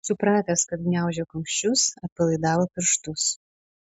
supratęs kad gniaužia kumščius atpalaidavo pirštus